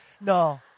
No